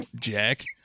jack